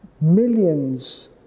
millions